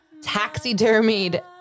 taxidermied